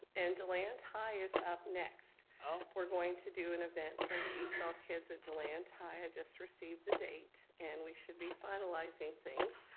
and deland high is up next. ah we're going to do an event for the esol so kids at deland high, i just received the date, and we should be finalizing things.